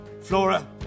Flora